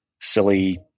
silly